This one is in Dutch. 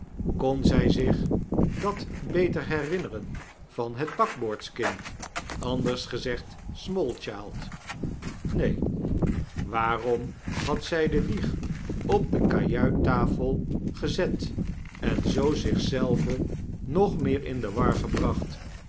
kon zij zich dat beter herinneren van het bakboordskind anders gezegd smallchild neen waarom had zij de wieg op de kajuitstafel gezet en zoo zich zelve nogmeer in de war gebracht